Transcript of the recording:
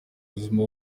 ubuzima